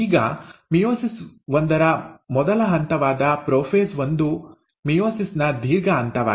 ಈಗ ಮಿಯೋಸಿಸ್ ಒಂದರ ಮೊದಲ ಹಂತವಾದ ಪ್ರೊಫೇಸ್ ಒಂದು ಮಿಯೋಸಿಸ್ ನ ದೀರ್ಘ ಹಂತವಾಗಿದೆ